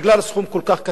בגלל סכום קטן כל כך,